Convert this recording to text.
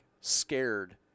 scared